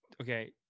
Okay